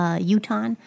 utah